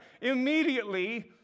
immediately